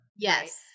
Yes